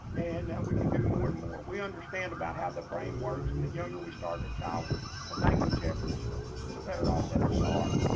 and and we can do more and more. we understand about how the brain works and the younger we start a child with a language efforts the the better off that we are